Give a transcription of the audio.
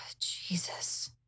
Jesus